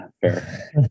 fair